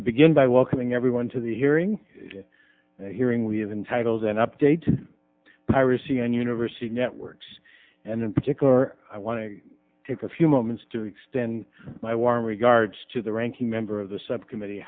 to begin by welcoming everyone to the hearing hearing we have been titled an update to piracy on university networks and in particular i want to take a few moments to extend my warm regards to the ranking member of the subcommittee